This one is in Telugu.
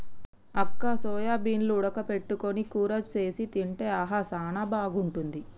అక్క సోయాబీన్లు ఉడక పెట్టుకొని కూర సేసి తింటే ఆహా సానా బాగుంటుంది